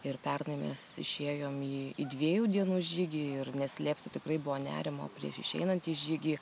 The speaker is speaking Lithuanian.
ir pernai mes išėjom į dviejų dienų žygį ir neslėpsiu tikrai buvo nerimo prieš išeinant į žygį